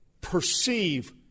perceive